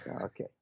Okay